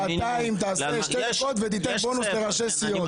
שתי דקות ותן בונוס על שש הסיעות.